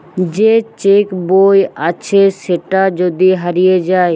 যে চেক বই আছে সেটা যদি হারিয়ে যায়